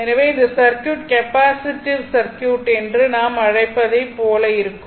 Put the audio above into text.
எனவே இந்த circuit capacitive circuit என்று நாம் அழைப்பதை போல இருக்கும்